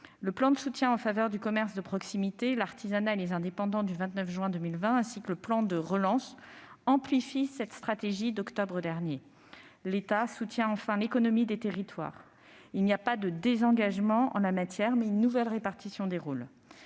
Le plan de soutien en faveur du commerce de proximité, de l'artisanat et des indépendants du 29 juin 2020, ainsi que le plan de relance amplifient cette stratégie. Enfin, l'État soutient l'économie des territoires. Il n'y a pas de désengagement en la matière, mais nous modifions la répartition des